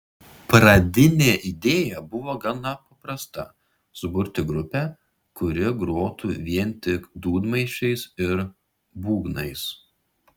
pradinė idėja buvo gana paprasta suburti grupę kuri grotų vien tik dūdmaišiais ir būgnais